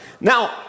Now